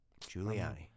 Giuliani